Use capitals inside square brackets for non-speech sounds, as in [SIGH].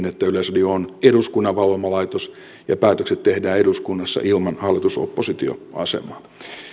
[UNINTELLIGIBLE] että yleisradio on eduskunnan valvoma laitos ja päätökset tehdään eduskunnassa ilman hallitus oppositio asemaa